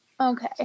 Okay